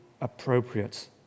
appropriate